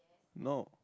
no